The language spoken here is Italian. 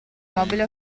mobile